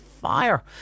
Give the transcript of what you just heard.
fire